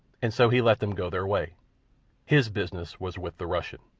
and so he let them go their way his business was with the russian,